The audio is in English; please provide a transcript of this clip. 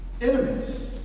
enemies